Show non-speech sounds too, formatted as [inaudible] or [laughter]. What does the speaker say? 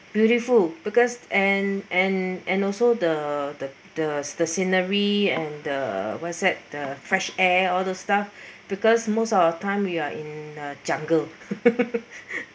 beautiful because and and and also the the the the scenery and the what's that the fresh air all the stuff [breath] because most of our time we are in a jungle [laughs]